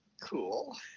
Cool